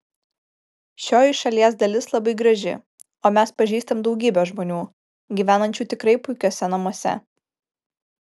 šioji šalies dalis labai graži o mes pažįstam daugybę žmonių gyvenančių tikrai puikiuose namuose